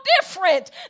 different